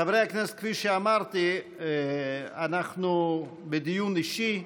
חברי הכנסת, כפי שאמרתי, אנחנו בדיון אישי.